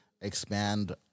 expand